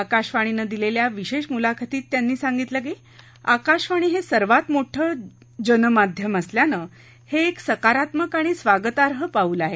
आकाशवाणीनं दिलेल्या विशेष मुलाखतीत त्यांनी सांगितलं की आकाशवाणी हे सर्वात मोठं जनमाध्यम असल्यानं हे एक सकारात्मक आणि स्वागताई पाऊल आहे